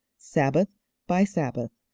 sabbath by sabbath,